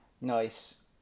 nice